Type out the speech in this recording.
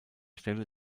stelle